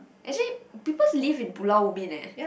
actually peoples live in Pulau-Ubin eh